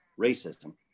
racism